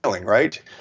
Right